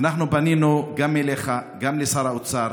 אנחנו פנינו גם אליך, גם לשר האוצר